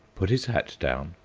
put his hat down,